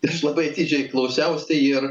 ir aš labai atidžiai klausiausi ir